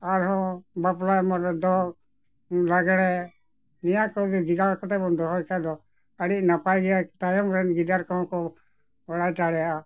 ᱟᱨᱦᱚᱸ ᱵᱟᱯᱞᱟ ᱮᱢᱟᱱ ᱨᱮ ᱫᱚᱝ ᱞᱟᱜᱽᱲᱮ ᱱᱤᱭᱟᱹ ᱠᱚᱜᱮ ᱡᱚᱜᱟᱣ ᱠᱟᱛᱮ ᱵᱚᱱ ᱫᱚᱦᱚᱭ ᱠᱷᱟᱱ ᱫᱚ ᱟᱹᱰᱤ ᱱᱟᱯᱟᱭ ᱜᱮᱭᱟ ᱛᱟᱭᱚᱢ ᱨᱮᱱ ᱜᱤᱫᱟᱹᱨ ᱠᱚᱦᱚᱸ ᱠᱚ ᱵᱟᱲᱟᱭ ᱫᱟᱲᱮᱭᱟᱜᱼᱟ